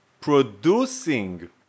producing